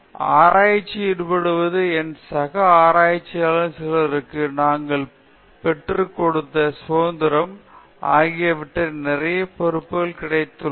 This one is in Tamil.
ரஞ்சித் ஆராய்ச்சியில் ஈடுபடுவது என் சக ஆராய்ச்சியாளர்களில் சிலருக்கு நாங்கள் பெற்றுக் கொண்ட சுதந்திரம் ஆகியவற்றிற்கும் நிறைய பொறுப்புகளும் கிடைத்துள்ளன